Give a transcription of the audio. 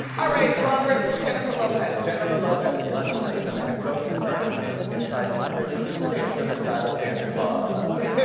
ah right, robert, jennifer lopez. jennifer lopez, let me tell you something, i spoke to her, i have some inside information on this, i spoke to her stylist santa claus last night.